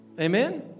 Amen